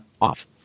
Off